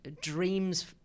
dreams